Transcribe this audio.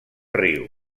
ryu